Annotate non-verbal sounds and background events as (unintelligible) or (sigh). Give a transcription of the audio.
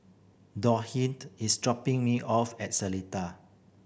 (unintelligible) is dropping me off at Seletar